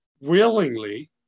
willingly